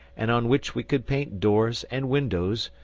and on which we could paint doors and windows,